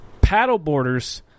paddleboarders